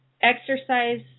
exercise